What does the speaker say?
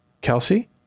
Kelsey